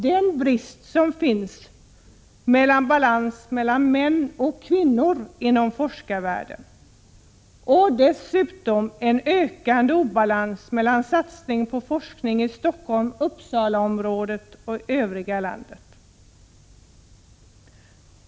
Det är brist på balans mellan män och kvinnor inom forskarvärlden och dessutom en ökande obalans mellan satsning på forskning i Stockholm Uppsala-området och övriga landet.